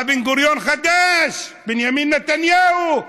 בא בן-גוריון חדש, בנימין נתניהו: